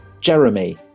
Jeremy